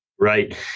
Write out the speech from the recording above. Right